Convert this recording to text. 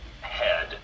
head